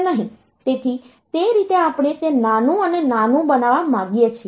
તેથી તે રીતે આપણે તે નાનું અને નાનું બનવા માંગીએ છીએ